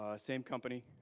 same company.